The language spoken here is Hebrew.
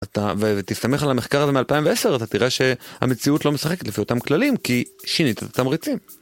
אתה ותסתמך על המחקר הזה מ-2010 אתה תראה שהמציאות לא משחקת לפי אותם כללים כי שיניתם את התמריצים.